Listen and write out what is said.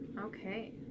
Okay